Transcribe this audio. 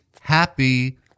happy